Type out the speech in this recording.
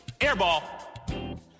Airball